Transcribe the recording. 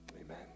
amen